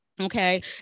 Okay